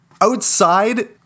outside